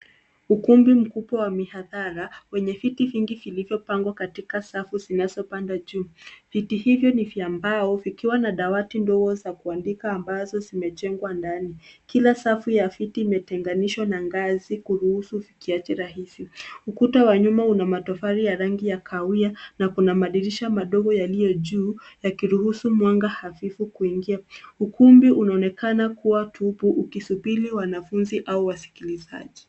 Ukumbi mkubwa wa mihadhara una viti vingi vilivyopangwa katika safu zinazopanda juu. Viti hivyo ni vya mbao na vimeunganishwa na madawati madogo ya kuandikia yaliyojengewa ndani. Kila safu ya viti imetenganishwa na ngazi ili kurahisisha kupita. Ukuta wa nyuma umejengwa kwa matofali ya rangi ya kahawia.